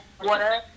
water